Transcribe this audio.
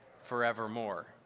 forevermore